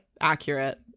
Accurate